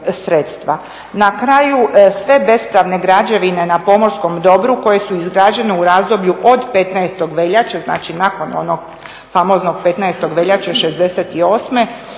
Na kraju, sve bespravne građevine na pomorskom dobru koje su izgrađene u razdoblju od 15. veljače, znači nakon onog famoznog 15. veljače '68.